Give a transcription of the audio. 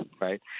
right